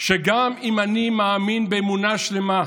שגם אם אני מאמין באמונה שלמה,